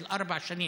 של ארבע שנים.